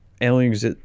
aliens